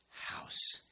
house